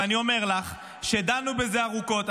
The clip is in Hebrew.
ואני אומר לך שדנו בזה ארוכות.